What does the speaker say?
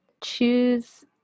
choose